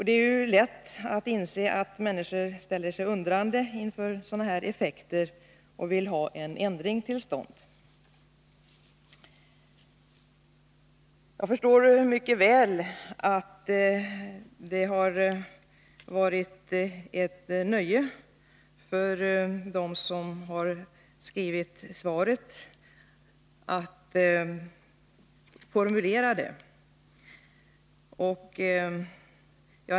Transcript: Det är ju lätt att inse att människor ställer sig undrande inför sådana här effekter och vill ha en ändring till stånd. Jag förstår mycket väl att det har varit ett nöje för dem som har skrivit svaret att formulera detta.